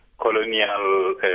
colonial